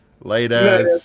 later